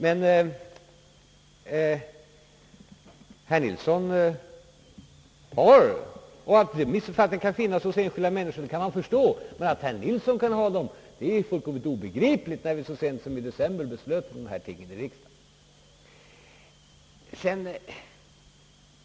Att den missuppfattningen kan finnas hos enskilda människor är förståeligt, men att herr Nilsson kan ha den är fullkomligt obegripligt, eftersom vi så sent som i december här i riksdagen beslöt om dessa ting.